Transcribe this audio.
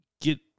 get